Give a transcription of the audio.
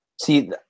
See